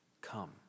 come